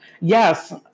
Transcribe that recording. Yes